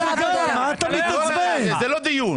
אדוני היושב-ראש, זה לא דיון.